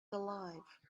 alive